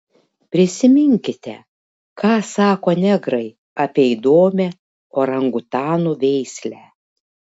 prisiminkite ką sako negrai apie įdomią orangutanų veislę